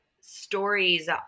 stories